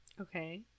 Okay